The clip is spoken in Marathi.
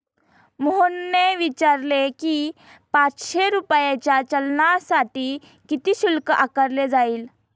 मोहनने विचारले की, पाचशे रुपयांच्या चलानसाठी किती शुल्क आकारले जाईल?